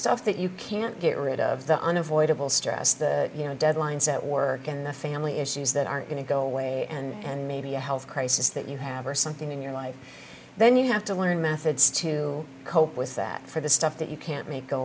stuff that you can't get rid of the unavoidable stress you know deadlines at work and family issues that are going to go away and maybe a health crisis that you have or something in your life then you have to learn methods to cope with that for the stuff that you can't